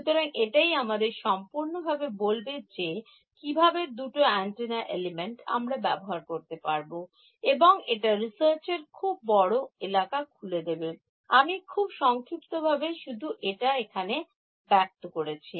সুতরাং এইটা আমাদের সম্পূর্ণ ভাবে বলবে যে কিভাবে দুটো এন্টেনা এলিমেন্ট আমরা ব্যবহার করতে পারব এবং এটা রিসার্চ এর একটা খুব বড় এলাকা খুলে দেবে আমি খুব সংক্ষিপ্ত ভাবে শুধু এটা এখানে ব্যক্ত করেছি